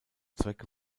zweck